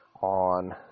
on